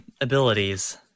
abilities